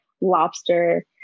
lobster